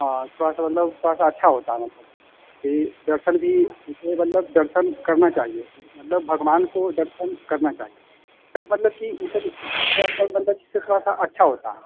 हाँ थोड़ा सा मतलब थोड़ा सा अच्छा होता है मतलब कि दर्शन भी इसलिए मतलब दर्शन करना चाहिए ऐसे मतलब भगवान का दर्शन करना चाहिए कहने का मतलब कि यह सब इस चीज़ को थोड़ा सा मतलब इससे थोड़ा सा अच्छा होता है